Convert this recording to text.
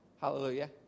Hallelujah